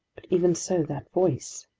but even so, that voice?